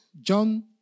John